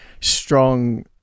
strong